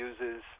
uses